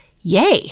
Yay